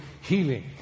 healing